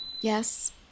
Yes